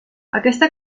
aquesta